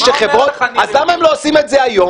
אז למה הם לא עושים את זה היום?